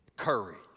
courage